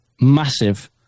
massive